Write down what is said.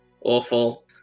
Awful